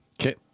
Okay